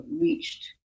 reached